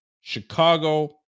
Chicago